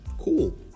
cool